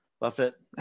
buffett